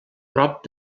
prop